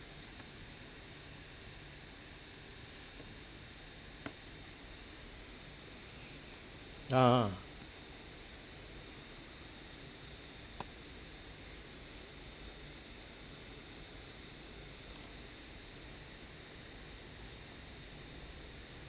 ah